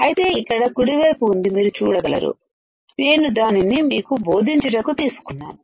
అయితే ఇక్కడ కుడివైపు ఉంది మీరు చూడగలరు నేను దానిని మీకు బోధించుటకు తీసుకున్నాను